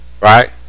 Right